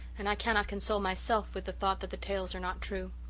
and i cannot console myself with the thought that the tales are not true.